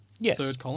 Yes